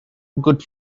good